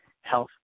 Health